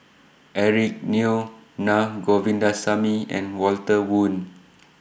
Eric Neo Naa Govindasamy and Walter Woon